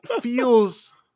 feels